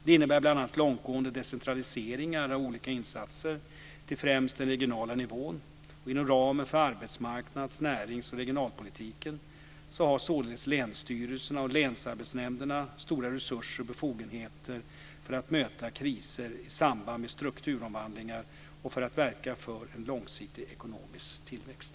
Det innebär bl.a. långtgående decentralisering av olika insatser till främst den regionala nivån. Inom ramarna för arbetsmarknads-, närings och regionalpolitiken har således länsstyrelserna och länsarbetsnämnderna stora resurser och befogenheter för att möta kriser i samband med strukturomvandlingar och för att verka för en långsiktig ekonomisk tillväxt.